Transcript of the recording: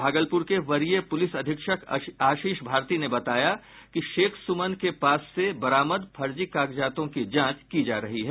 भागलपुर के वरीय पुलिस अधीक्षक आशीष भारती ने बताया कि शेख सुमन के पास से बरामद फर्जी कागजातों की जांच की जा रही है